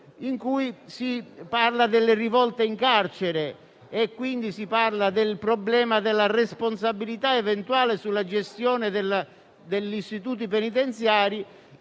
in cui si parla delle rivolte in carcere e del problema della responsabilità eventuale della gestione degli istituti penitenziari,